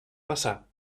passar